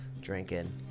Drinking